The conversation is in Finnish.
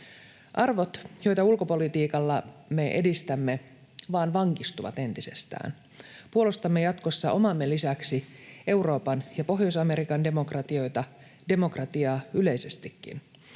Arvot, joita ulkopolitiikalla me edistämme, vain vankistuvat entisestään. Puolustamme jatkossa omamme lisäksi Euroopan ja Pohjois-Amerikan demokratioita, demokratiaa yleisestikin.